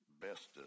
bestest